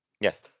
Yes